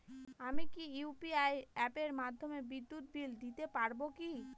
আমি কি ইউ.পি.আই অ্যাপের মাধ্যমে বিদ্যুৎ বিল দিতে পারবো কি?